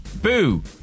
Boo